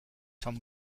tom